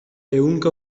ehunka